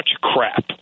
crap